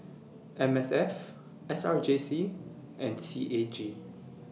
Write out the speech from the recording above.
M S F S R J C and C A G